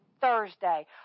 Thursday